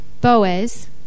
Boaz